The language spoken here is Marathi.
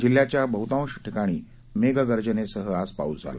जिल्ह्याच्या बहतांश ठिकाणी मेघ गर्जनेसह आज पाऊस झाला